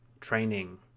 training